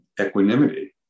equanimity